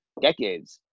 decades